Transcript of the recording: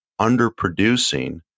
underproducing